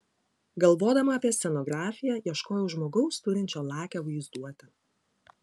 galvodama apie scenografiją ieškojau žmogaus turinčio lakią vaizduotę